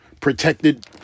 protected